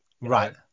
right